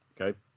okay